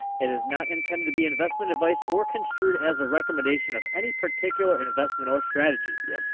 it is not intended to be investment advice or construed as a recommendation of any particular investment or strategy. yep.